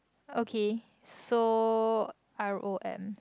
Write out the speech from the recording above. okay so R_O_M